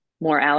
more